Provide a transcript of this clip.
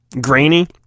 grainy